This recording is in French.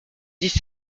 dix